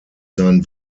seinen